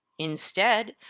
instead,